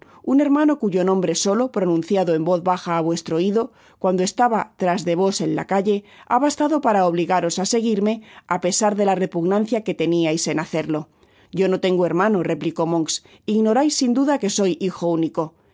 un hermano cuyo nombre solo pronunciado en voz baja á vuestro oido cuando estaba tras de vos en la calle ha bastado para obligaros á seguirme á pesar de la repugnancia que tenias en hacerlo yo no tengo hermano replicó monks ignorais sin duda que soy hijo único